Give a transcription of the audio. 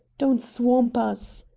don't swamp us!